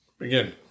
again